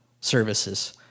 services